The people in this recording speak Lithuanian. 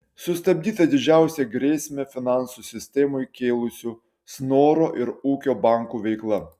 sustabdyta didžiausią grėsmę finansų sistemai kėlusių snoro ir ūkio bankų veikla